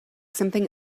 something